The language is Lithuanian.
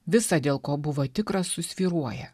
visa dėl ko buvo tikras susvyruoja